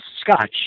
scotch